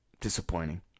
disappointing